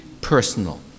personal